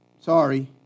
Sorry